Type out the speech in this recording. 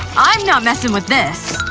i'm not messing with this.